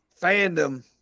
fandom